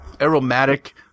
aromatic